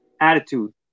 attitude